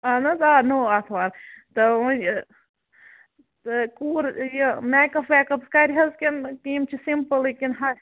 اَہَن حظ آ نوٚو اَتھوار تہٕ وۅنۍ تہٕ کوٗر یہِ مَیٚکَپ وَیٚکَپ کَرِ حظ کِنہٕ یِم چھِ سِمپُلٕے کِنہٕ ہاے